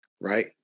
right